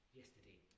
yesterday